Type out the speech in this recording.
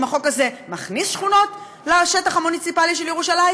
אם החוק הזה מכניס שכונות לשטח המוניציפלי של ירושלים